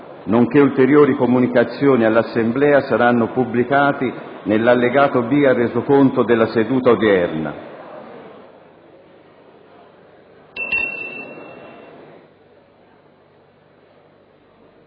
nonché ulteriori comunicazioni all'Assemblea saranno pubblicati nell'allegato B al Resoconto della seduta odierna.